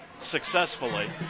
successfully